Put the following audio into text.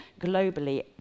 globally